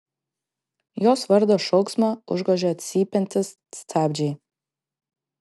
jos vardo šauksmą užgožia cypiantys stabdžiai